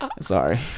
sorry